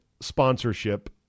sponsorship